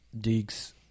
Deeks